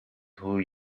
hoe